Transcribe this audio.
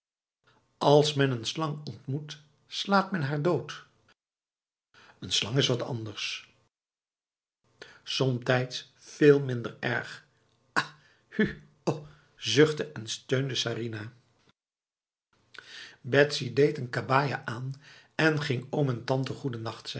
als men een slang ontmoet slaat men haar dood een slang is wat anders somtijds veel minder erg ah hu oh zuchtte en steunde sarinah betsy deed een kabaja aan en ging oom en tante